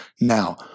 Now